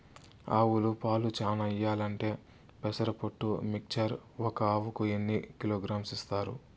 ఆవులు పాలు చానా ఇయ్యాలంటే పెసర పొట్టు మిక్చర్ ఒక ఆవుకు ఎన్ని కిలోగ్రామ్స్ ఇస్తారు?